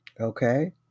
okay